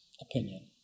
opinion